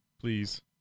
please